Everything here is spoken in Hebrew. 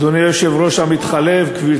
עמדה נוספת, חבר הכנסת מיכאלי, בבקשה.